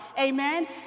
amen